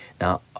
now